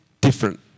different